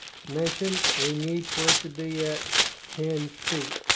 as mentioned, we need for it to be at ten feet.